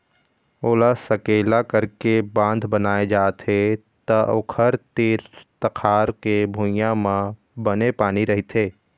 ओला सकेला करके बांध बनाए जाथे त ओखर तीर तखार के भुइंया म बने पानी रहिथे